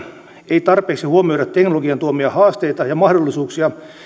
ei tarpeeksi huomioida teknologian tuomia haasteita ja mahdollisuuksia